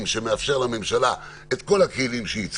שמאפשר לממשלה את כל הכלים שהיא צריכה.